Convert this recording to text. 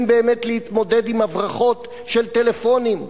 באמת להתמודד עם הברחות של טלפונים,